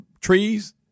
trees